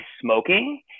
smoking